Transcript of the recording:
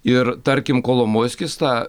ir tarkim kolomojskis tą